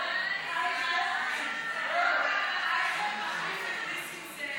אייכלר מחליף את נסים זאב.